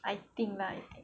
I think like